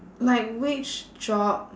like which job